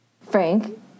Frank